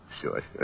sure